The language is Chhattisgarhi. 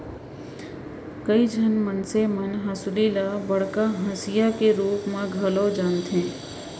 कइ झन मनसे मन हंसुली ल बड़का हँसिया के रूप म घलौ जानथें